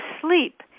sleep